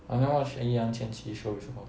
I never watch any 易烊千玺 show before